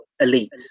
elite